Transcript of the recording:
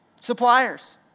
suppliers